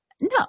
No